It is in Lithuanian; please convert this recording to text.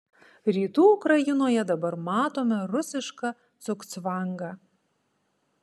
rytų ukrainoje dabar matome rusišką cugcvangą